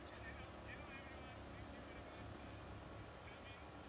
hello, everyone. thank you very much for coming,